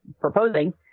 proposing